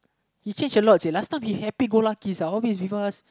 he change a lot leh last time he happy go Luckiesuhalways with us